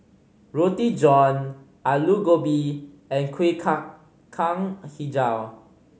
Roti John Aloo Gobi and Kuih Kacang Hijau